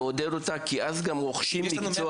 כי אז גם רוכשים מקצוע.